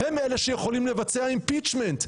הם אלה שיכולים לבצע impeachment,